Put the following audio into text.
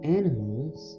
animals